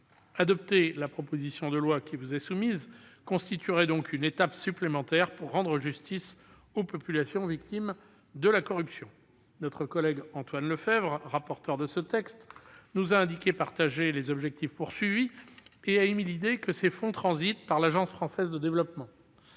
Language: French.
Adopter la proposition de loi qui vous est soumise, mes chers collègues, constituerait une étape supplémentaire pour rendre justice aux populations victimes de la corruption. Notre collègue Antoine Lefèvre, rapporteur de ce texte, nous a indiqué partager les objectifs visés et a émis l'idée de faire transiter ces fonds par l'Agence française de développement.